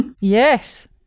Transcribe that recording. Yes